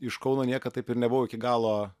iš kauno niekad taip ir nebuvau iki galo